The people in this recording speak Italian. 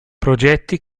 progetti